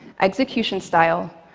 execution-style,